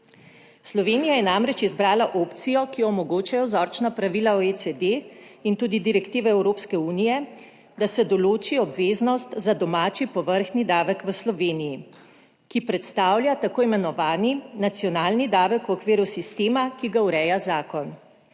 Slovenija je namreč izbrala opcijo, ki jo omogočajo vzorčna pravila OECD in tudi direktive Evropske unije, da se določi obveznost za domači povrhnji davek v Sloveniji, ki predstavlja tako imenovani nacionalni davek v okviru sistema, ki ga ureja zakon.